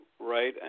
Right